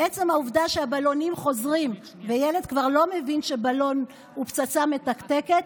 עצם העובדה שהבלונים חוזרים וילד כבר מבין שבלון הוא לא פצצה מתקתקת,